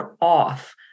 off